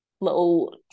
little